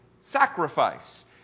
sacrifice